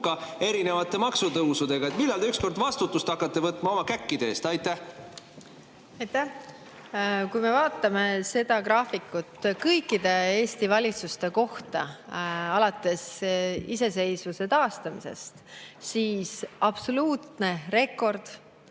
hukka erinevate maksutõusudega. Millal te ükskord vastutust hakkate võtma oma käkkide eest? Aitäh! Kui me vaatame graafikut kõikide Eesti valitsuste kohta, alates iseseisvuse taastamisest, siis näeme,